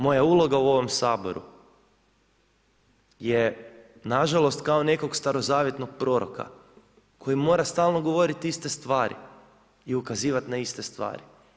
Moja uloga u ovom Saboru je na žalost kao nekog starozavjetnog proroka koji mora stalno govoriti iste stvari i ukazivat na iste stvari.